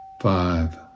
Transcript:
five